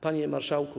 Panie Marszałku!